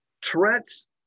Tourette's